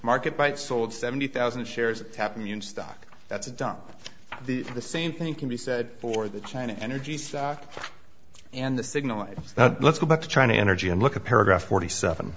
market but sold seventy thousand shares of tap immune stock that's a dump the the same thing can be said for the china energy stocks and the signal lives that let's go back to trying to energy and look at paragraph forty seven